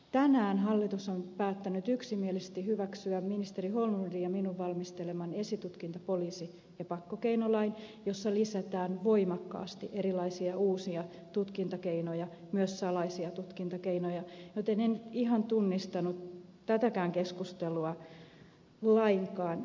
tänään hallitus on päättänyt yksimielisesti hyväksyä ministeri holmlundin ja minun valmistelemani esitutkinta poliisi ja pakkokeinolain jossa lisätään voimakkaasti erilaisia uusia tutkintakeinoja myös salaisia tutkintakeinoja joten en ihan tunnistanut tätäkään keskustelua lainkaan